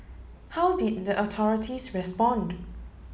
how did the authorities respond